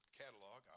catalog